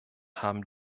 haben